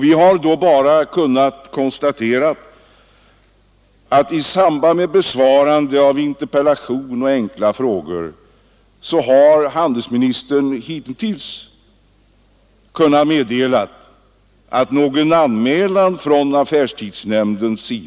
Vi har nu kunnat konstatera att handelsministern i samband med besvarandet av interpellation och enkla frågor meddelat att någon anmälan inte har inkommit från affärstidsnämnden.